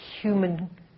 human